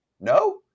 No